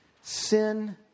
Sin